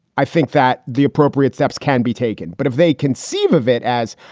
i think that the appropriate steps can be taken. but if they conceive of it as,